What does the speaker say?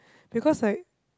because like